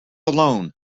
alone